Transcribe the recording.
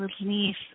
release